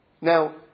Now